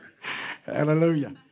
Hallelujah